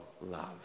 love